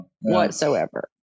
Whatsoever